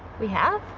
we have?